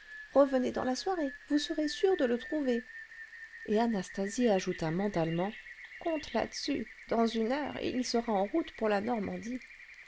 revenez dans la soirée vous serez sûre de le trouver et anastasie ajouta mentalement compte là-dessus dans une heure il sera en route pour la normandie